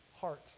heart